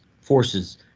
forces